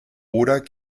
oder